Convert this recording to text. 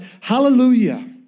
Hallelujah